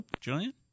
Julian